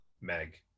Meg